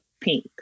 pink